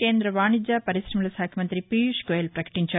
కేంద్రద వాణిజ్య పరిశమలశాఖ మంత్రి పీయూష్ గోయెల్ పకటించారు